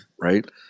right